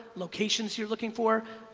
locations you're looking for,